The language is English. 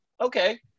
okay